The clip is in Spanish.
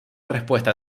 respuesta